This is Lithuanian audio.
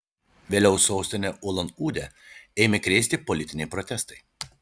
vėliau sostinę ulan udę ėmė krėsti politiniai protestai